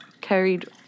carried